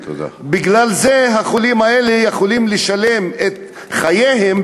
בגלל זה החולים האלה יכולים לשלם בחייהם,